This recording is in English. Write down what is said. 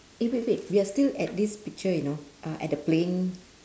eh wait wait we're still at this picture you know uh at the playing